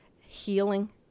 healing